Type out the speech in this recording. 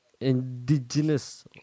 Indigenous